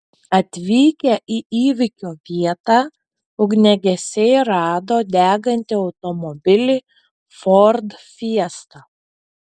atvykę į įvykio vietą ugniagesiai rado degantį automobilį ford fiesta